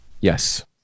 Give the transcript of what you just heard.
Yes